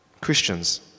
Christians